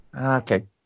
okay